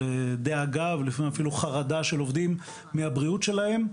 דאגה ולפעמים אפילו חרדה של עובדים מהבריאות שלהם.